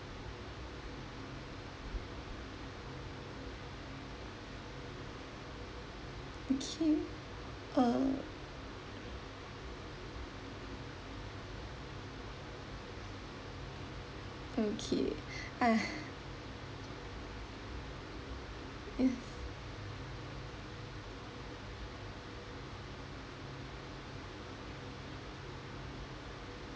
okay uh okay ah